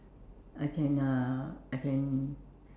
I can uh I can